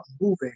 moving